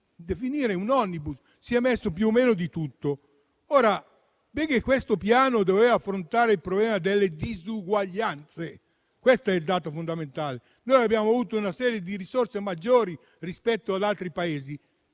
*omnibus*, dove si è messo più o meno di tutto. Ora, questo piano doveva sì affrontare il problema delle disuguaglianze. Questo è il dato fondamentale. Noi abbiamo avuto una serie di risorse maggiori rispetto ad altri Paesi,